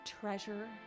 treasure